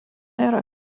yra